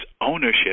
ownership